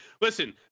listen